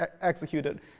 executed